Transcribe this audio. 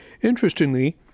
Interestingly